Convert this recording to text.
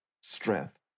strength